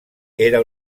era